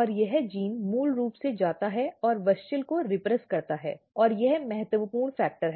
और यह जीन मूल रूप से जाता है और WUSCHEL को दमन करता है और यह महत्वपूर्ण फैक्टर है